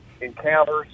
encounters